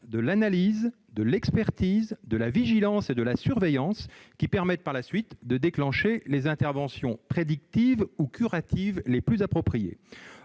de l'analyse, de l'expertise, de la vigilance et de la surveillance, qui permettent, le cas échéant, de déclencher les interventions prédictives ou curatives les plus appropriées.